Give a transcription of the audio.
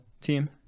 team